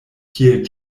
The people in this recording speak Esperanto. kiel